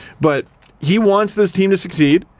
but he wants this team to succeed,